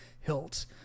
hilt